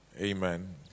Amen